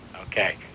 Okay